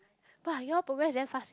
!wah! you all progress very fast sia